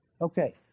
Okay